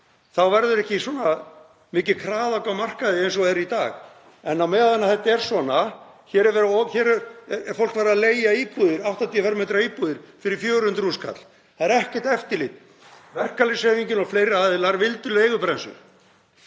þá verði ekki svona mikið kraðak á markaði eins og er í dag. En á meðan þetta er svona — hér er fólk að leigja 80 m² íbúðir fyrir 400.000 kall. Það er ekkert eftirlit. Verkalýðshreyfingin og fleiri aðilar vildu leigubremsu,